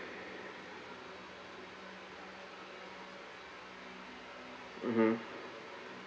mmhmm